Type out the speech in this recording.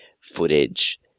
footage